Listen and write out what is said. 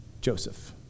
Joseph